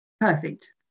perfect